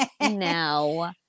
No